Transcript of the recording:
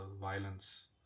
violence